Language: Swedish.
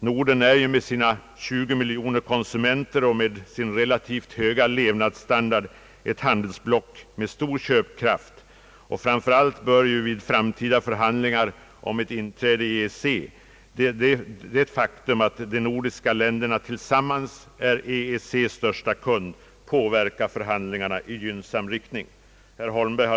Norden är med sina 20 miljoner konsumenter och sin relativt höga lev nadsstandard ett handelsblock med stor köpkraft, och framför allt kan ju i framtida förhandlingar om ett inträde i EEC det faktum att de nordiska länderna tillsammans är EEC:s största kund påverka dem i gynnsam riktning.